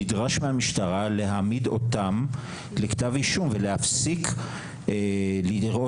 נדרש מהמשטרה להוציא נגדם כתבי אישום ולהפסיק לראות